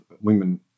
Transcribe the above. women